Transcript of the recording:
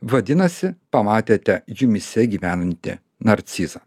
vadinasi pamatėte jumyse gyvenanti narcizą